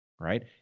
right